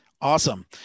awesome